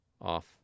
off